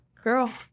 Girl